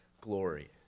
glory